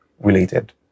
related